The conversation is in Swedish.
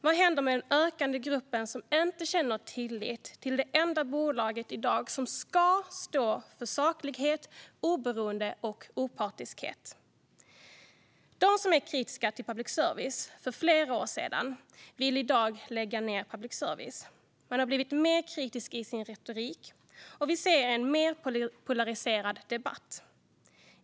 Vad händer med den ökande grupp som inte känner tillit till det i dag enda bolag som ska stå för saklighet, oberoende och opartiskhet? Den som var kritisk till public service för flera år sedan vill i dag lägga ned den. Man har blivit mer kritisk i sin retorik, och vi ser en mer polariserad debatt.